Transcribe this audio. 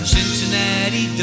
Cincinnati